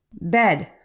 bed